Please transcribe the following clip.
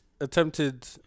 attempted